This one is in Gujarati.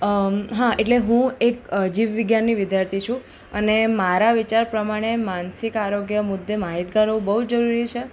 અ હા એટલે હું એક જીવ વિજ્ઞાનની વિદ્યાર્થી છું અને મારા વિચાર પ્રમાણે માનસિક આરોગ્ય મુદ્દે માહિતગાર હોવું બહુ જ જરૂરી છે